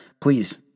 please